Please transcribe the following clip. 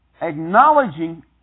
Acknowledging